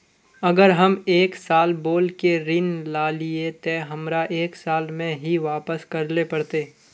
अगर हम एक साल बोल के ऋण लालिये ते हमरा एक साल में ही वापस करले पड़ते?